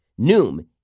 Noom